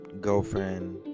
girlfriend